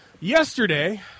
Yesterday